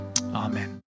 amen